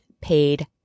paid